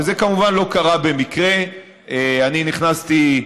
וזה כמובן לא קרה במקרה, אני נכנסתי,